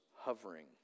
hovering